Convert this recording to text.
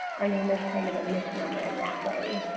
our name is kind of a misnomer in that way.